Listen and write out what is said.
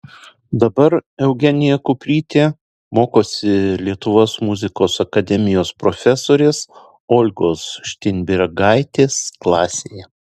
dabar eugenija kuprytė mokosi lietuvos muzikos akademijos profesorės olgos šteinbergaitės klasėje